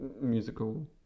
musical